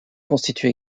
constitue